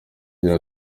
agira